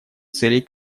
целей